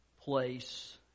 place